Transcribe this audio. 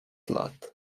lat